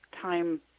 time